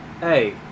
hey